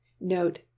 Note